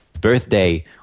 birthday